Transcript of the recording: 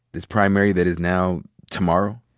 this primary that is now tomorrow?